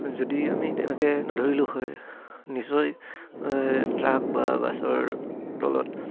যদি আমি তেনেকৈ নধৰিলোঁ হয় নিশ্চয় ট্ৰাক বা বাছৰ তলত